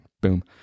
Boom